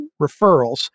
referrals